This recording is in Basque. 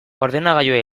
ordenagailuei